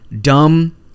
dumb